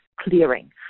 clearing